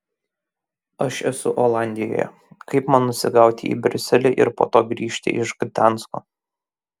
aš esu olandijoje kaip man nusigauti į briuselį ir po to grįžti iš gdansko